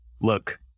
look